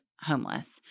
homeless